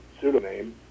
pseudonym